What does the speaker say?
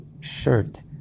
shirt